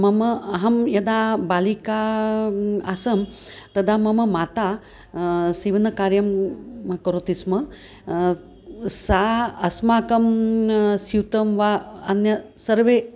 मम अहं यदा बालिका आसम् तदा मम माता सीवनकार्यं करोति स्म सा अस्माकं स्यूतं वा अन्यत् सर्वं